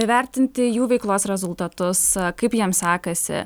įvertinti jų veiklos rezultatus kaip jiem sekasi